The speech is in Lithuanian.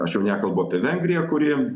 aš jau nekalbu apie vengriją kuri